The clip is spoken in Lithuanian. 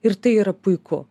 ir tai yra puiku